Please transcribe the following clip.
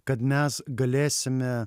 kad mes galėsime